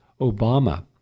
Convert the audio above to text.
Obama